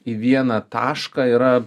į vieną tašką yra